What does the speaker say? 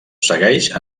segueix